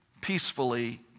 peacefully